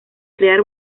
crear